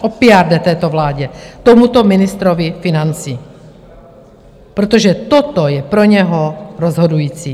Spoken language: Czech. O PR jde této vládě, tomuto ministrovi financí, protože toto je pro něho rozhodující.